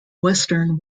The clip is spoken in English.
western